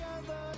together